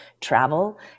travel